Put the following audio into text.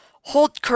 hold